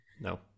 No